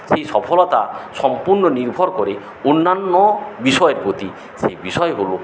সেই সফলতা সম্পূর্ণ নির্ভর করে অন্যান্য বিষয়ের প্রতি সেই বিষয় হলো